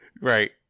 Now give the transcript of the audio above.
right